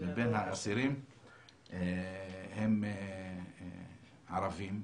מבין האסירים הם ערבים.